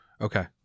Okay